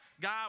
God